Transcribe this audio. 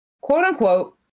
quote-unquote